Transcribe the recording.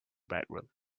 bathroom